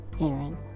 Aaron